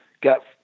got